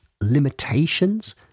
limitations –